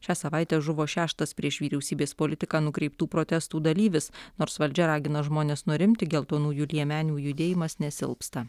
šią savaitę žuvo šeštas prieš vyriausybės politiką nukreiptų protestų dalyvis nors valdžia ragina žmones nurimti geltonųjų liemenių judėjimas nesilpsta